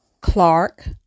Clark